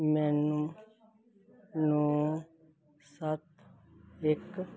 ਮੈਨੂੰ ਨੌਂ ਸੱਤ ਇੱਕ